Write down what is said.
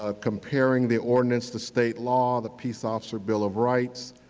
ah comparing the ordinance to state law, the peace officer bill of rights,